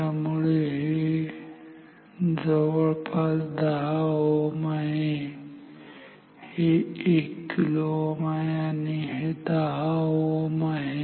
त्यामुळे हे जवळपास 10 Ω आहे हे 1kΩ आहे आणि हे 10 Ω आहे